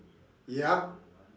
ya